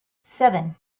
seven